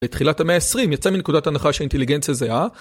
בתחילת המאה העשרים יצא מנקודת הנחה שהאינטליגנציה זהה.